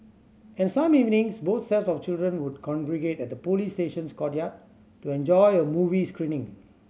and some evenings both sets of children would congregate at the police station's courtyard to enjoy a movie screening